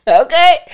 Okay